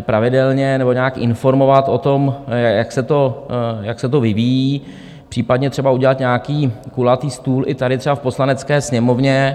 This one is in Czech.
pravidelně nebo nějak informovat o tom, jak se to vyvíjí, případně třeba udělat nějaký kulatý stůl i tady třeba v Poslanecké sněmovně.